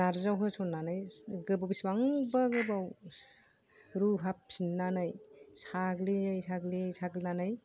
नारजियाव होसन्नानै बिसिबांबा गोबाव रुहाबफिन्नानै साग्लियै साग्लियै साग्लिनानै